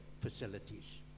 facilities